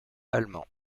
allemand